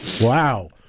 Wow